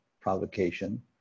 provocation